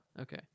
Okay